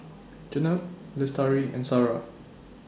Jenab Lestari and Sarah